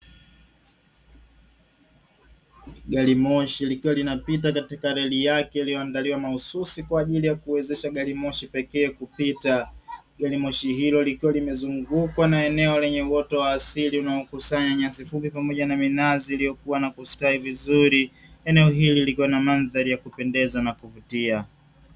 Gari moshi likiwa linapita katika reli yake iliyoandaliwa mahususi kwa ajili ya kuwezesha gari moshi pekee kupita, gari moshi hilo likiwa limezungukwa na eneo lenye uoto wa asili unaokusanya nyasi fupi pamoja na minazi iliyokua na kustawi vizuri. Eneo hili likiwa na mandhari ya kupendeza na kuvutia.